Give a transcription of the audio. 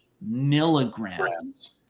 milligrams